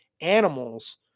animals